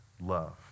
love